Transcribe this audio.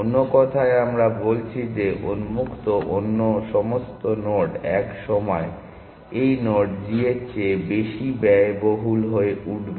অন্য কথায় আমরা বলছি যে উন্মুক্ত অন্য সমস্ত নোড এক সময়ে এই নোড g এর চেয়ে বেশি ব্যয়বহুল হয়ে উঠবে